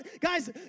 guys